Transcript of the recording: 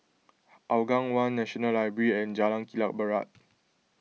Hougang one National Library and Jalan Kilang Barat